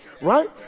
right